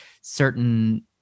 certain